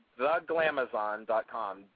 theglamazon.com